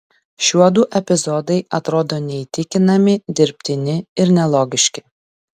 šiuodu epizodai atrodo neįtikinami dirbtini ir nelogiški